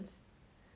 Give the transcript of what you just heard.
then he like just